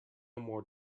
more